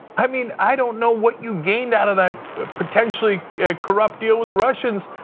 i mean i don't know what you gained out of that potentially corrupt deal with the russians,